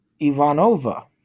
Ivanova